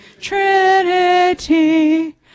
Trinity